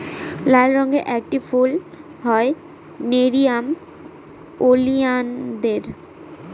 লাল রঙের একটি ফুল হয় নেরিয়াম ওলিয়ানদের